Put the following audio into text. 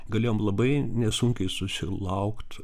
galėjom labai nesunkiai susilaukt